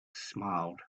smiled